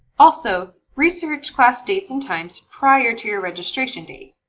also, research class dates and times prior to your registration date.